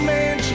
Man